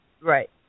Right